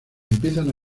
empiezan